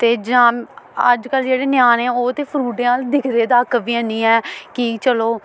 ते जां अजकल्ल जेह्ड़े ञ्याणें ओह् ते फ्रूटें अल दिखदे तक बी हैन्नी ऐं कि चलो